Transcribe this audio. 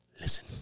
listen